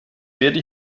werde